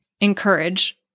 encourage